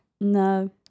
no